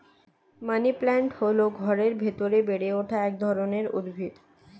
money plant হল ঘরের ভেতরে বেড়ে ওঠা এক ধরনের উদ্ভিদ